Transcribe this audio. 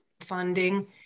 funding